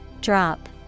Drop